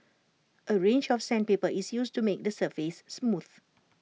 A range of sandpaper is used to make the surface smooth